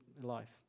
life